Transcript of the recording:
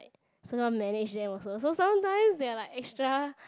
sometime manage them also so sometime they're like extra